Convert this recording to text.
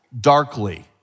darkly